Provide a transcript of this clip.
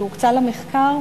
שהוקצה למחקר,